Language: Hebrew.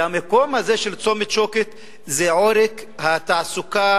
והמקום הזה של צומת-שוקת זה עורק התעסוקה